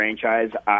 franchise